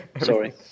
Sorry